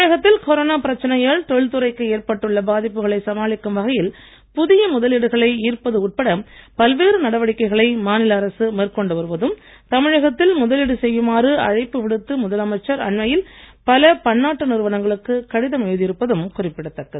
தமிழகத்தில் கொரோனா பிரச்சனையால் தொழில் துறைக்கு ஏற்பட்டுள்ள பாதிப்புகளை சமாளிக்கும் வகையில் புதிய முதலீடுகளை ஈர்ப்பது உட்பட பல்வேறு நடவடிக்கைகளை மாநில அரசு மேற்கொண்டு வருவதும் தமிழகத்தில் முதலீடு செய்யுமாறு அழைப்பு விடுத்து முதலமைச்சர் அண்மையில் பல பன்னாட்டு நிறுவனங்களுக்கு கடிதம் எழுதியிருப்பதும் குறிப்பிடத்தக்கது